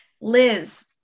Liz